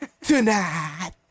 tonight